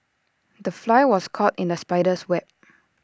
the fly was caught in the spider's web